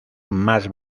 más